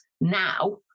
now